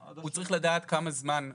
הוא צריך לדעת כמה זמן.